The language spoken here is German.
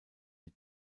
die